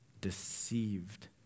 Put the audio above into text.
deceived